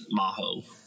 maho